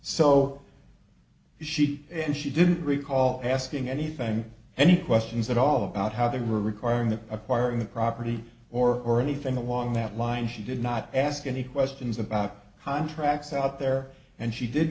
so she and she didn't recall asking anything any questions at all about how they were requiring that acquiring the property or anything along that line she did not ask any questions about how i'm tracks out there and she did